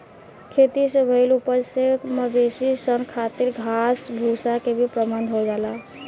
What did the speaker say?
खेती से भईल उपज से मवेशी सन खातिर घास भूसा के भी प्रबंध हो जाला